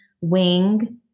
wing